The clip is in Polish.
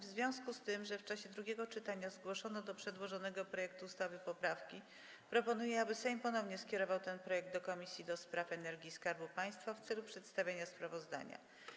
W związku z tym, że w czasie drugiego czytania zgłoszono do przedłożonego projektu ustawy poprawki, proponuję, aby Sejm ponownie skierował ten projekt do Komisji do Spraw Energii i Skarbu Państwa w celu przedstawienia sprawozdania.